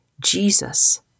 Jesus